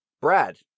Brad